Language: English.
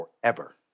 forever